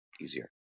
easier